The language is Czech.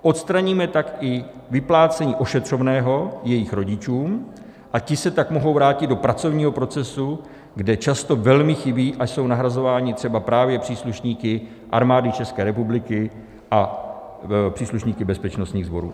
Odstraníme tak i vyplácení ošetřovného jejich rodičům a ti se tak mohou vrátit do pracovního procesu, kde často velmi chybí a jsou nahrazováni třeba právě příslušníky Armády České republiky a příslušníky bezpečnostních sborů.